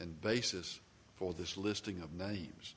and basis for this listing of names